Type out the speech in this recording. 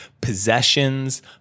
possessions